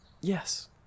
yes